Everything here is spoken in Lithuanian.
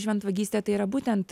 šventvagystė tai yra būtent